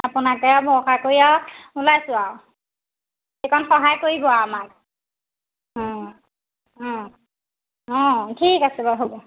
আপোনাকে আৰু ভৰসা কৰি আৰু ওলাইছোঁ আৰু সেইকণ সহায় কৰিব আৰু আমাক অঁ ঠিক আছে বাৰু হ'ব